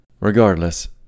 Regardless